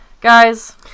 guys